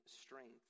strength